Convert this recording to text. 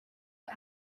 but